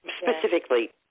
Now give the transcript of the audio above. specifically